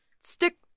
stick